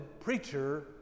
preacher